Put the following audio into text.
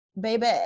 baby